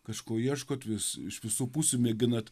kažko ieškot vis iš visų pusių mėginat